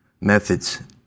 methods